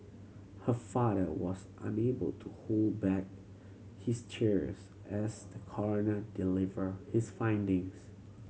her father was unable to hold back his tears as the coroner delivered his findings